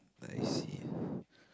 I see